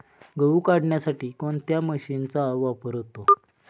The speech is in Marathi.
गहू काढण्यासाठी कोणत्या मशीनचा वापर होतो?